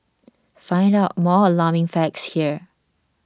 find out more alarming facts here